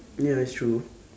ya it's true